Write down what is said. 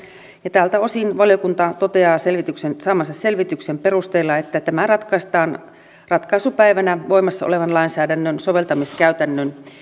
tältä osin valiokunta toteaa saamansa selvityksen perusteella että tämä ratkaistaan ratkaisupäivänä voimassa olevan lainsäädännön soveltamiskäytännön